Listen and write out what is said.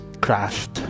crashed